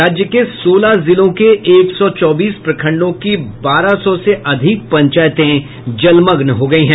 राज्य के सोलह जिलों के एक सौ चौबीस प्रखंडों की बारह सौ से अधिक पंचायत जलमग्न हो चुकी हैं